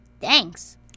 thanks